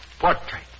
Portrait